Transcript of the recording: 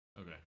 Okay